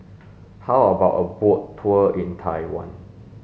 how about a boat tour in Taiwan